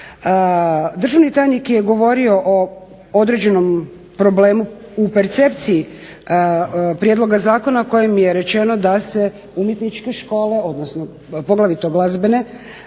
Državni tajnik je govorio o određenom problemu percepciji prijedloga zakona kojim je rečeno da se umjetničke škole, odnosno poglavito glazbene